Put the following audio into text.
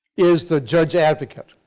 is the judge advocate.